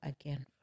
again